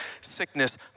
sickness